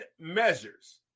measures